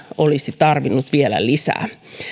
olisi tarvittu vielä lisää